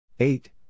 Eight